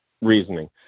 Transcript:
reasoning